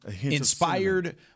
inspired